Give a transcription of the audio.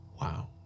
wow